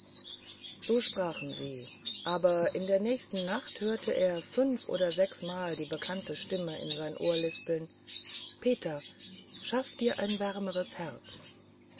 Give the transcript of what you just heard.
so sprachen sie aber in der nächsten nacht hörte er fünf oder sechsmal die bekannte stimme in sein ohr lispeln peter schaff dir ein wärmeres herz